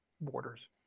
borders